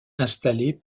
installée